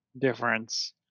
difference